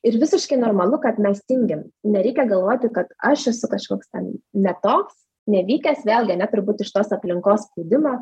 ir visiškai normalu kad mes tingim nereikia galvoti kad aš esu kažkoks ten ne toks nevykęs vėlgi ane turbūt iš tos aplinkos spaudimo